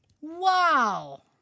Wow